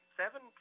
seven